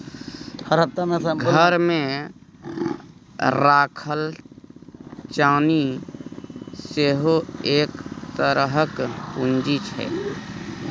घरमे राखल चानी सेहो एक तरहक पूंजी छै